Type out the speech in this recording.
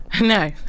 No